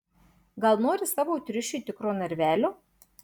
gal nori savo triušiui tikro narvelio